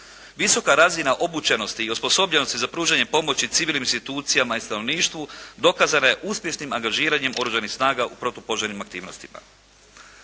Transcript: Visoka razina obučenosti i osposobljenosti za pružanje pomoći civilnim institucijama i stanovništvu dokazana je uspješnim angažiranjem Oružanih snaga u protupožarnim aktivnostima.